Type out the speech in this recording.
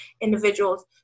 individuals